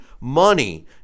money